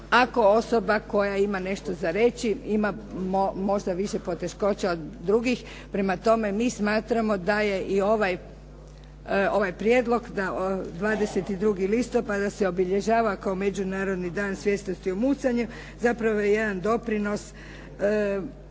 ako osoba koja ima nešto za reći ima možda više poteškoća od drugih. Prema tome, mi smatramo da je i ovaj prijedlog da 22. listopada se obilježava kao Međunarodni dan svjesnosti o mucanju zapravo jedan doprinos